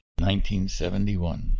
1971